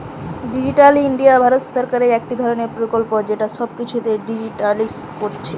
digital India Bharat সরকারের একটা ধরণের প্রকল্প যেটা সব কিছুকে ডিজিটালিসড কোরছে